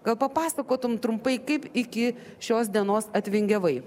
gal papasakotum trumpai kaip iki šios dienos atvingiavai